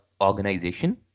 organization